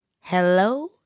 Hello